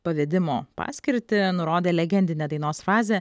pavedimo paskirtį nurodė legendinę dainos fazę